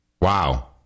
Wow